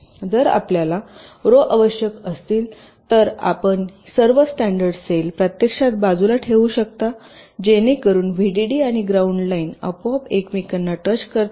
जर आपल्याला रो आवश्यक असतील तर आपण या सर्व स्टॅंडर्ड सेल प्रत्यक्षात बाजूला ठेवू शकता जेणेकरुन व्हीडीडी आणि ग्राउंड लाईन आपोआप एकमेकांना टच करतील